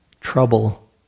Trouble